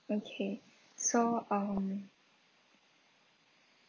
okay so um